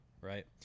right